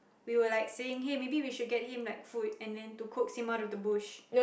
we were like saying hey maybe we should get him like food and then to coax him out of the bush